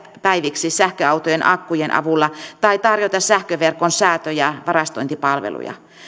päiviksi sähköautojen akkujen avulla tai tarjota sähköverkon säätö ja varastointipalveluja